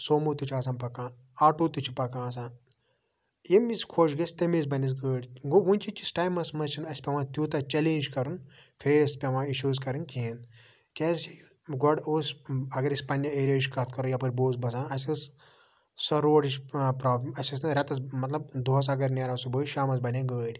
سومو تہِ چھِ آسان پَکان آٹو تہِ چھِ پَکان آسان ییٚمۍ ویٖز خۄش گَژھِ ویٖز بَنٮ۪س گٲڑۍ گوٚو وٕنۍ کہِ کِس ٹایمَس منٛز چھِنہٕ اَسہِ پٮ۪وان تیوٗتاہ چٮ۪لینٛج کَرُن فیس پٮ۪وان اِشوٗز کَرٕنۍ کِہیٖنۍ کیٛازِ گۄڈٕ اوس اَگر أسۍ پنٛنہِ ایریاہٕچ کَتھ کرو یَپٲرۍ بہٕ اوس بَسان اَسہِ ٲس سۄ روڈٕچ پرٛابلِم اَسہِ ٲس نہٕ رٮ۪تَس مَطلَب دۄہَس اَگر نیران صُبحٲے شامَس بَنہِ ہے گٲڑۍ